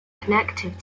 connective